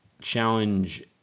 challenge